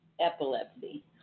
epilepsy